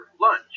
lunch